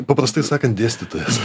paprastai sakant dėstytojas